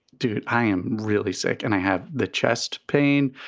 dude, i am really sick and i have the chest pain.